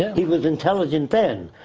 he was intelligent then.